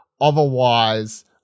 otherwise